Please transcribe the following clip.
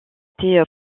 été